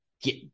get